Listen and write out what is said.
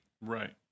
Right